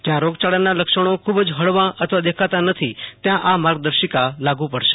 જયાં રોગચાળાના લક્ષણો ખૂબજ હળવા અથવા દેખાતા નથી ત્યાં માર્ગદશિકા લાગુ પડશે